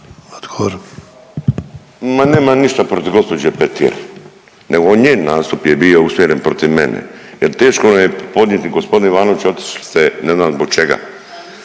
Ma nemam ništa protiv gđe. Petir, nego njen nastup je bio usmjeren protiv mene jer teško joj je podnijeti, g. Ivanoviću otišli ste ne znam zbog čega,